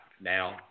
Now